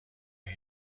روی